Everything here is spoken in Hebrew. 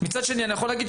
מצד שני, אני יכול להגיד: